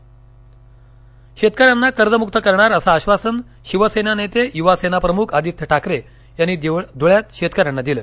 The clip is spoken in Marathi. आदित्य ठाकरे धळे शेतकऱ्यांना कर्जमुक्त करणार असं आश्वासन शिवसेना नेते युवासेना प्रमुख आदित्य ठाकरे यांनी धुळ्यात शेतकऱ्यांना दिलं